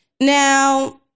Now